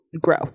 grow